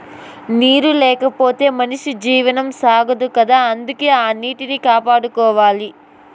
నీరు లేకపోతె మనిషి జీవనం సాగదు కదా అందుకే ఆటిని కాపాడుకోవాల